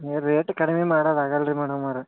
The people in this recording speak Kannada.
ಏಯ್ ರೇಟ್ ಕಡ್ಮೆ ಮಾಡೋದ್ ಆಗಲ್ಲ ರೀ ಮೇಡಮ್ಮವರೆ